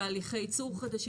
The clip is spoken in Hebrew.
תהליכי ייצור חדשים,